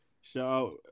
Shout